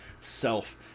self